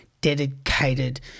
dedicated